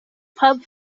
pub